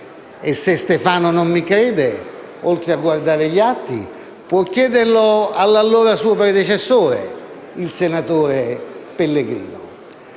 Stefano non mi crede, oltre a guardare gli atti, può chiederle al suo predecessore, senatore Pellegrino.